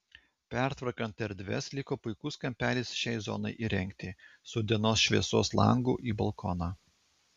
pertvarkant erdves liko puikus kampelis šiai zonai įrengti su dienos šviesos langu į balkoną